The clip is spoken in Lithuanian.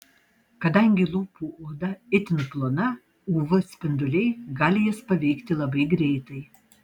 kadangi lūpų oda itin plona uv spinduliai gali jas paveikti labai greitai